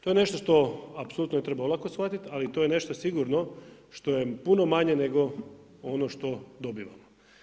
To je nešto što apsolutno ne treba olako shvatiti ali to je nešto sigurno što je puno manje nego ono što dobivamo.